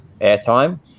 airtime